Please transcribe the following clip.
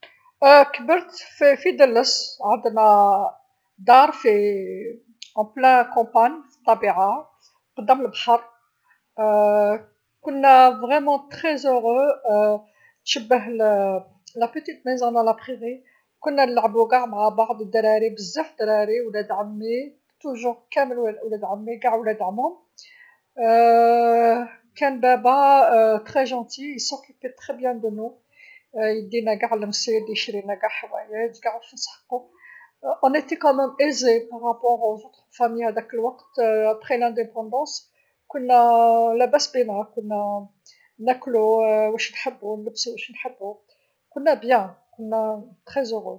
كبرت في دلس، عندنا دار في الطبيعه قدام البحر كنا فرحانين بزاف، تشبه الدار الصغيره في المرج، كنا نلعبو قاع مع بعض و دراري بزاف دراري، ولاد عمي، دايما كامل ولا- ولاد عمي قاع ولاد عموم كان بابا عاقل بزاف يعتني غاية بزاف بينا يدينا قاع للصيد يشرينا قاع حوايج قاع واش نسحقو، كونا في وضع مليح مقارنه مع عايلات في هذاك الوقت بعد الإستقلال كنا لاباس بينا، كنا ناكلو واش نحبو، نلبسو واش نحبو، كنا مليح، منا فرحانين بزاف.